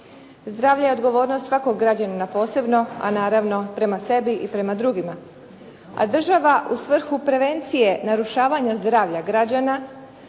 Zdravlje je odgovornost svakog građanina posebno a naravno prema sebi i prema drugima. A država u svrhu prevencije narušavanja zdravlja građana